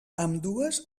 ambdues